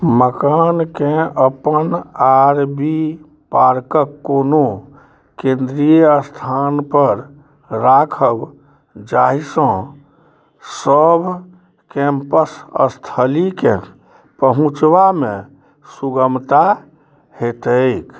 मकानके अपन R V पार्कके कोनो केन्द्रीय अस्थानपर राखब जाहिसँ सब कैम्पस स्थलीके पहुँचबामे सुगमता हेतै